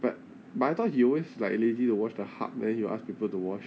but but I thought he always like lazy to wash the hardware you ask people to wash